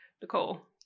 Nicole